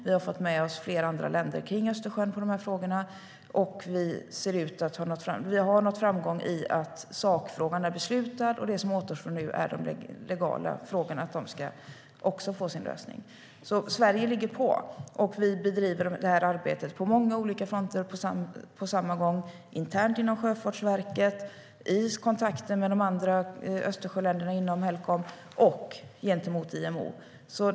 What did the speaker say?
Vi har fått med oss flera andra länder kring Östersjön. Vi har nått framgång i och med att sakfrågan är beslutad, och det som återstår nu är att de legala frågorna ska få sin lösning. Sverige är alltså pådrivande, och vi bedriver arbetet på många fronter, internt inom Sjöfartsverket, i kontakter med andra Östersjöländer inom Helcom och gentemot IMO.